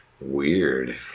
Weird